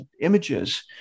images